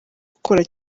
gukora